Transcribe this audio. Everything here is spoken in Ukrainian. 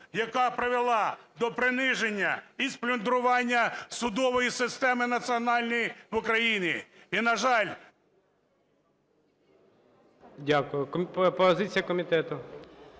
яка привела до приниження і сплюндрування судової системи національної в Україні. І, на жаль… ГОЛОВУЮЧИЙ. Дякую. Позиція комітету.